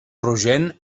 rogent